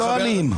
לא אלים.